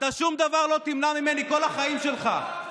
אתה שום דבר לא תמנע ממני כל החיים שלך.